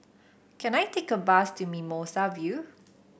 can I take a bus to Mimosa View